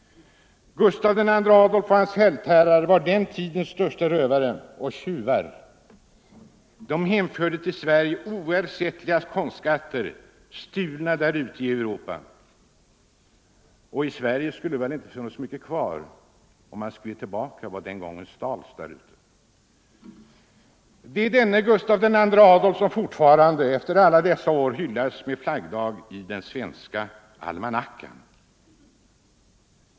Gustav II Adolf och hans fältherrar, som var den tidens största rövare och tjuvar, hemförde till Sverige oersättliga konstskatier stulna där ute i Europa. I Sverige skulle väl inte ha funnits mycket kvar, om man givit tillbaka vad som en gång stals där ute. Det är denne Gustav II Adolf som fortfarande efter alla dessa år hyllas med flaggdag enligt den svenska almanackan.